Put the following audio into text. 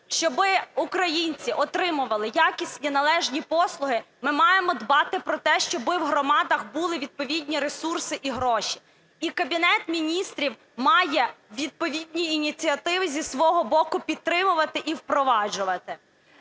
щоби українці отримували якісні належні послуги, ми маємо дбати про те, щоби в громадах були відповідні ресурси і гроші. І Кабінет Міністрів має відповідні ініціативи зі свого боку підтримувати і впроваджувати.